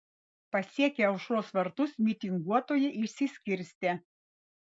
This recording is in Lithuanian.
pasiekę aušros vartus mitinguotojai išsiskirstė